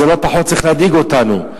לא פחות צריך להדאיג אותנו.